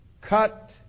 cut